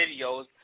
videos